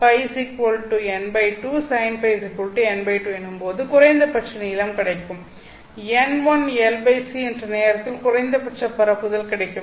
ϕл2 sin ϕл2 எனும் போது குறைந்தபட்ச நீளம் கிடைக்கும் n1Lc என்ற நேரத்தில் குறைந்தபட்ச பரப்புதல் கிடைக்கும்